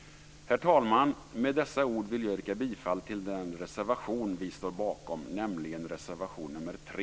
Herr talman! Med dessa ord vill jag yrka bifall till den reservation som vi står bakom, nämligen reservation nr 3.